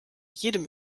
jedem